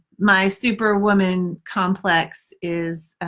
my superwoman complex is.